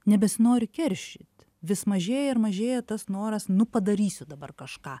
nebesinori keršyt vis mažėja ir mažėja tas noras nu padarysiu dabar kažką